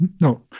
no